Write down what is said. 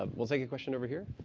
ah we'll take a question over here.